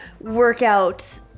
workout